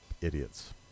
idiots